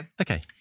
Okay